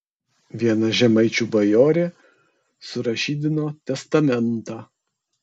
viena žemaičių bajorė surašydino testamentą